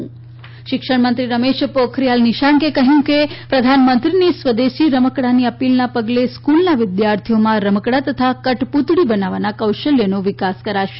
પોખરીયાલ રમકડા શિક્ષણ મંત્રી રમેશ પોખરીયાલ નિશંકે કહયું છે કે પ્રધાનમંત્રીની સ્વદેશી રમકડાની અપીલના પગલે સ્કુલના વિદ્યાર્થીઓમાં રમકડા તથા કઠપુતળી બનાવવાના કૌશલ્યનો વિકાસ કરાશે